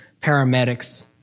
paramedics